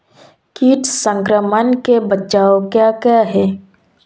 कीट संक्रमण के बचाव क्या क्या हैं?